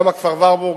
למה כפר-ורבורג?